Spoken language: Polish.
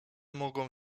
mogą